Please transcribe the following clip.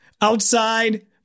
outside